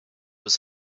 was